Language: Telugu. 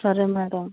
సరే మేడం